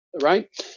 right